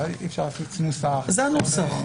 אבל אי אפשר להחליף נוסח --- זה הנוסח,